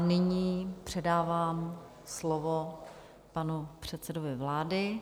Nyní předávám slovo panu předsedovi vlády.